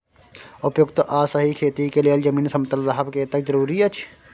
उपयुक्त आ सही खेती के लेल जमीन समतल रहब कतेक जरूरी अछि?